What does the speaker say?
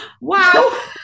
Wow